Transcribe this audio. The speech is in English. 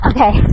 Okay